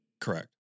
Correct